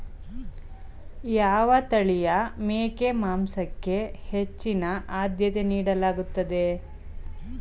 ಯಾವ ತಳಿಯ ಮೇಕೆ ಮಾಂಸಕ್ಕೆ ಹೆಚ್ಚಿನ ಆದ್ಯತೆ ನೀಡಲಾಗುತ್ತದೆ?